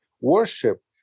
worship